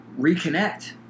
reconnect